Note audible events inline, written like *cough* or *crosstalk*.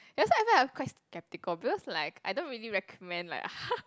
that's why at first I quite skeptical because like I don't really recommend like *laughs*